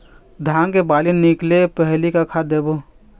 धान के बाली निकले पहली का खाद देबो?